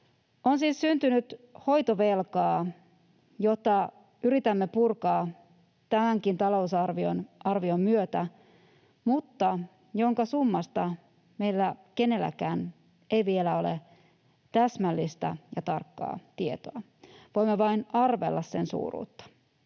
On siis syntynyt hoitovelkaa, jota yritämme purkaa tämänkin talousarvion myötä, mutta jonka summasta meillä kenelläkään ei vielä ole täsmällistä ja tarkkaa tietoa. Voimme vain arvella sen suuruutta.